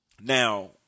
now